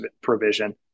provision